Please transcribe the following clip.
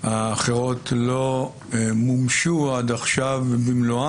אחרת, שהם ברובם ממתינים לתסקירים של קציני